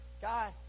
God